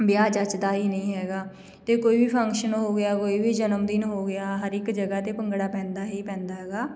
ਵਿਆਹ ਜਚਦਾ ਹੀ ਨਹੀਂ ਹੈਗਾ ਅਤੇ ਕੋਈ ਵੀ ਫੰਕਸ਼ਨ ਹੋ ਗਿਆ ਕੋਈ ਵੀ ਜਨਮਦਿਨ ਹੋ ਗਿਆ ਹਰ ਇੱਕ ਜਗ੍ਹਾ 'ਤੇ ਭੰਗੜਾ ਪੈਂਦਾ ਹੀ ਪੈਂਦਾ ਹੈਗਾ